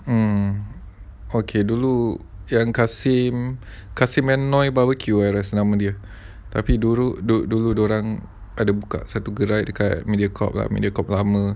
um okay dulu yang kasim kasim dengan roy barbeque ah I rasa nama dia tapi dulu dulu dulu dia orang ada buka satu gerai dekat mediacorp ah mediacorp lama